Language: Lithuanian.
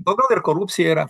o gal ir korupcija yra